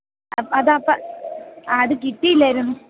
അപ്പം അതപ്പം ആ അത് കിട്ടിയില്ലായിരുന്നു